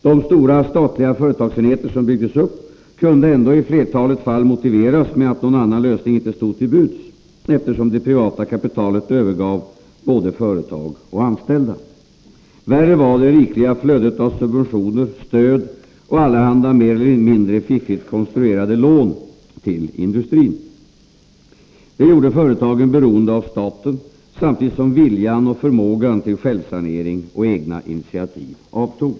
De stora statliga företagsenheter som byggdes upp kunde ändå i flertalet fall motiveras med = Nr9 ; att någon annan lösning inte stod till buds, eftersom det privata kapitalet Onsdagen den övergav både företag och anställda. Värre var det rikliga flödet av subventio = 19 oktober 1983 ner, stöd och allehanda mer eller mindre fiffigt konstruerade lån till industrin. Det gjorde företagen beroende av staten, samtidigt som viljan och Allmänpolitisk förmågan till självsanering och egna initiativ avtog.